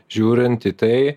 žiūrint į tai